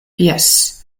jes